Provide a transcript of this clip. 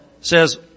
says